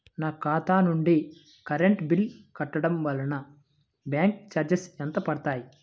నా ఖాతా నుండి కరెంట్ బిల్ కట్టడం వలన బ్యాంకు చార్జెస్ ఎంత పడతాయా?